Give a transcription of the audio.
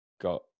got